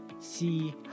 see